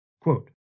Quote